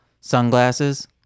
sunglasses